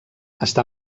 està